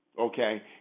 okay